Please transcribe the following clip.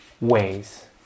ways